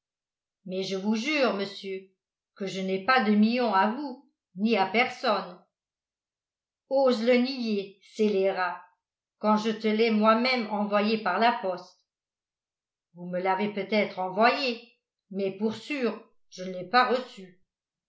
mais je vous jure monsieur que je n'ai pas de million à vous ni à personne ose le nier scélérat quand je te l'ai moi-même envoyé par la poste vous me l'avez peut-être envoyé mais pour sûr je ne l'ai pas reçu